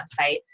website